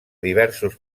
diversos